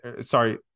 sorry